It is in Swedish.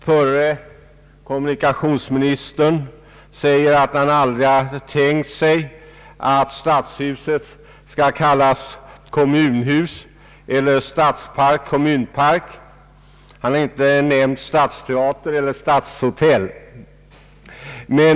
Förre kommunikationsministern säger att han aldrig hade tänkt sig att stadshuset skall kallas kommunhus eller stadspark kallas kommunpark. Han har inte nämnt stadsteater eller stadshotell.